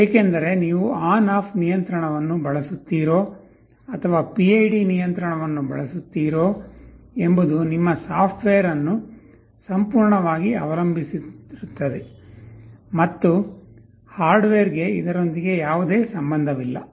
ಏಕೆಂದರೆ ನೀವು on off ನಿಯಂತ್ರಣವನ್ನು ಬಳಸುತ್ತೀರೋ ಅಥವಾ PID ನಿಯಂತ್ರಣವನ್ನು ಬಳಸುತ್ತೀರೋ ಎಂಬುದು ನಿಮ್ಮ ಸಾಫ್ಟ್ವೇರ್ ಅನ್ನು ಸಂಪೂರ್ಣವಾಗಿ ಅವಲಂಬಿಸಿರುತ್ತದೆ ಮತ್ತು ಹಾರ್ಡ್ವೇರ್ಗೆ ಇದರೊಂದಿಗೆ ಯಾವುದೇ ಸಂಬಂಧವಿಲ್ಲ